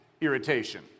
irritation